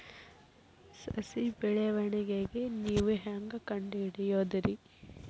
ಸಸಿ ಬೆಳವಣಿಗೆ ನೇವು ಹ್ಯಾಂಗ ಕಂಡುಹಿಡಿಯೋದರಿ?